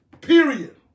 Period